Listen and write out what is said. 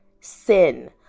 sin